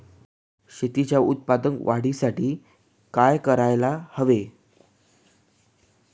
शेतीच्या उत्पादन वाढीसाठी काय करायला हवे?